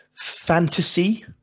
fantasy